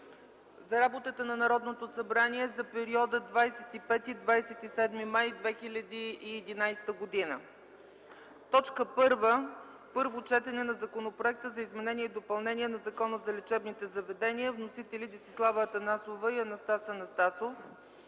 за работата на Народното събрание за периода 25-27 май 2011 г. 1. Първо четене на Законопроекта за изменение и допълнение на Закона за лечебните заведения. Вносители – Десислава Атанасова и Анастас Анастасов.